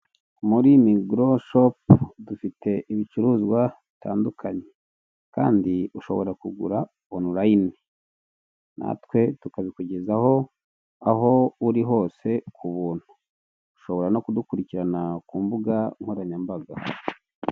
Muri migoro shopu dufite ibicuruzwa bitandukanye kandi ushobora kugura onulayini, natwe tukabikugezaho aho uri hose ku buntu. Ushobora no kudukurikirana ku mbuga nkoranyambaga.